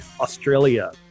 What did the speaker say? Australia